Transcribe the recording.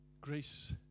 Grace